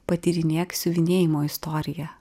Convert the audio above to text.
patyrinėk siuvinėjimo istoriją